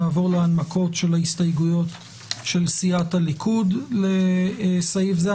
נעבור להנמקות של ההסתייגויות של סיעת הליכוד לסעיף זה.